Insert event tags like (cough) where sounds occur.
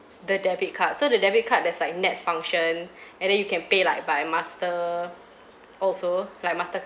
the debit card so the debit card there's like nets function (breath) and then you can pay like by master also like mastercard